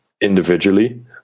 individually